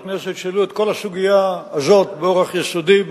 כנסת שהעלו את כל הסוגיה הזאת באורח יסודי,